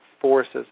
forces